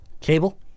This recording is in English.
Cable